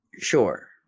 Sure